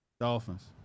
Dolphins